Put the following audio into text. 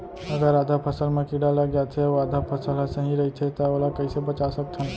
अगर आधा फसल म कीड़ा लग जाथे अऊ आधा फसल ह सही रइथे त ओला कइसे बचा सकथन?